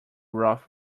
rough